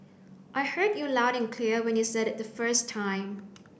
I heard you loud and clear when you said it the first time